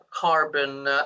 carbon